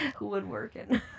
Woodworking